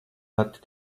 pati